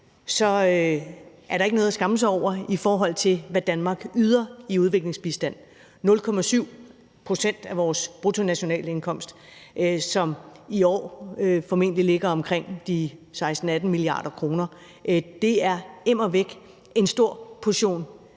på, er der ikke noget at skamme sig over, i forhold til hvad Danmark yder i udviklingsbistand. 0,7 pct. af vores bruttonationalindkomst, som i år formentlig ligger omkring 16-18 mia. kr., er immervæk en stor portion